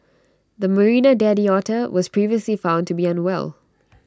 the marina daddy otter was previously found to be unwell